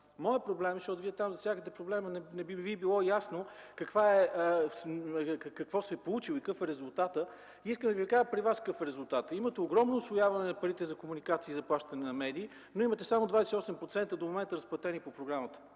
Моят проблем, защото Вие там засягате проблема, че не Ви било ясно какво се е получило, какъв е резултатът, искам да Ви кажа при Вас какъв е резултатът: имате огромно усвояване на парите за комуникации и за плащане на медии, но имате само 28% до момента разплатени по програмата,